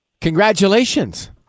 congratulations